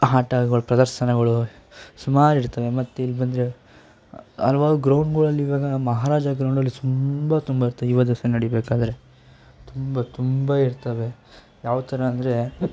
ಆಟಗಳು ಪ್ರದರ್ಶನಗಳು ಸುಮಾರು ಇರ್ತದೆ ಮತ್ತಿಲ್ಲಿ ಬಂದರೆ ಹಲವಾರು ಗ್ರೌಂಡುಗಳಲ್ಲಿ ಇವಾಗ ಮಹಾರಾಜ ಗ್ರೌಂಡಲ್ಲಿ ಸುಂಬ ತುಂಬ ಇರ್ತದೆ ಯುವದಸರಾ ನಡಿಬೇಕಾದರೆ ತುಂಬ ತುಂಬ ಇರ್ತವೆ ಯಾವ ಥರ ಅಂದರೆ